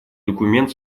документ